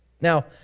Now